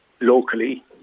locally